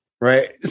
right